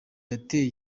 yateje